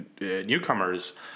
newcomers